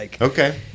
Okay